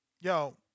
Yo